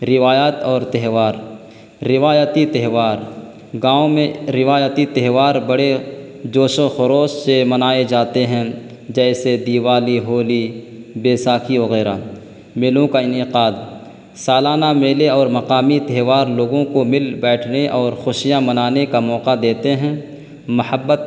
روایات اور تہوار روایتی تہوار گاؤں میں روایتی تہوار بڑے جوش و خروش سے منائے جاتے ہیں جیسے دیوالی ہولی بیساکھی وغیرہ میلوں کا انعقاد سالانہ میلے اور مقامی تہوار لوگوں کو مل بیٹھنے اور خوشیاں منانے کا موقع دیتے ہیں محبت